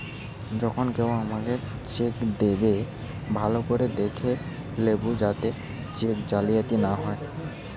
যখন কেও তোমাকে চেক দেবে, ভালো করে দেখে লেবু যাতে চেক জালিয়াতি না হয়